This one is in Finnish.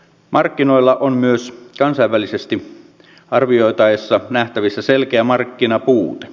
markkinoilla on myös kansainvälisesti arvioitaessa nähtävissä selkeä markkinapuute